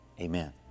amen